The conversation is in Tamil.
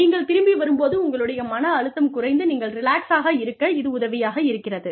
நீங்கள் திரும்பி வரும் போது உங்களுடைய மன அழுத்தம் குறைந்து நீங்கள் ரிலாக்ஸ்சாக இருக்க இது உதவியாக இருக்கிறது